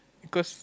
cause